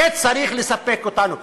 זה צריך לספק אותנו.